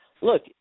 look